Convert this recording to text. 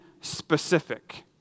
specific